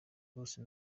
bose